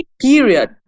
period